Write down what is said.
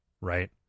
Right